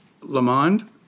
Lamond